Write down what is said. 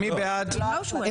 הם לא אושרו.